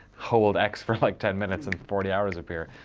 hold x for like ten minutes and forty hours appear.